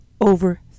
over